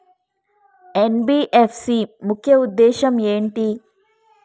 NBFC ముఖ్య ఉద్దేశం ఏంటి?